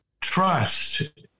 Trust